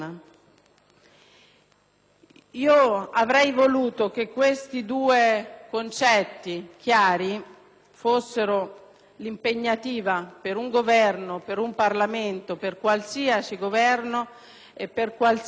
Io avrei voluto che questi due concetti chiari fossero impegnativi per un Governo e per un Parlamento, per qualsiasi Governo e per qualsiasi Parlamento,